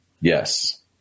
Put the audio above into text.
Yes